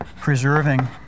preserving